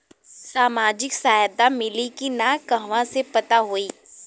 सामाजिक सहायता मिली कि ना कहवा से पता होयी?